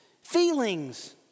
Feelings